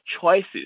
choices